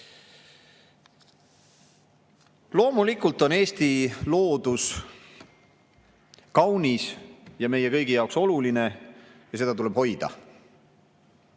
Loomulikult on Eesti loodus kaunis ja meie kõigi jaoks oluline ning seda tuleb hoida,